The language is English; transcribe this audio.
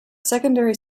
secondary